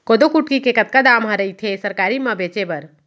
कोदो कुटकी के कतका दाम ह रइथे सरकारी म बेचे बर?